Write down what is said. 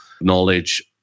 knowledge